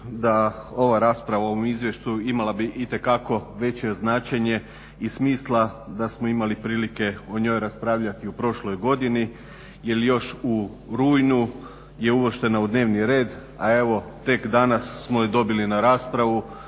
da ova rasprava o ovom izvješću imala bi itekako veće značenje i smisla da smo imali prilike o njoj raspravljati u prošloj godini jel još u rujnu je uvrštena u dnevni red, a evo tek danas smo ju dobili na raspravu